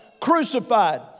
crucified